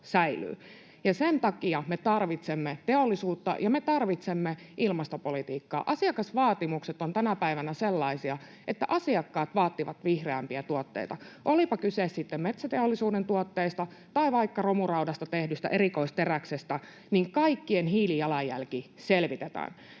sen takia me tarvitsemme teollisuutta ja me tarvitsemme ilmastopolitiikkaa. Asiakasvaatimukset ovat tänä päivänä sellaisia, että asiakkaat vaativat vihreämpiä tuotteita. Olipa kyse sitten metsäteollisuuden tuotteista tai vaikka romuraudasta tehdystä erikoisteräksestä, niin kaikkien hiilijalanjälki selvitetään.